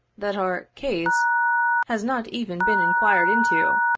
that our case has not even been inquired into,